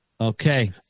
Okay